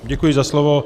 Děkuji za slovo.